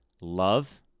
love